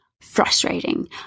frustrating